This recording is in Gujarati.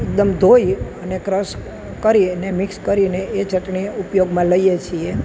એકદમ ધોઈ અને ક્રશ કરી અને મિક્સ કરીને એ ચટણી ઉપયોગમાં લઈએ છીએ